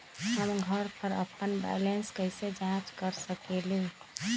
हम घर पर अपन बैलेंस कैसे जाँच कर सकेली?